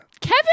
kevin